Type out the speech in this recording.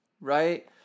right